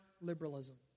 liberalism